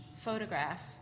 photograph